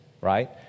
right